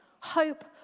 hope